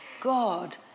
God